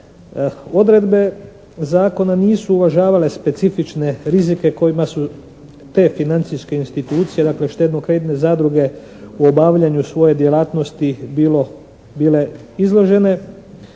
Odredbe zakona nisu uvažavale specifične rizike kojima su te financijske institucije, dakle štedno-kreditne zadruge u obavljanju svoje djelatnosti bile izložene